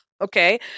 Okay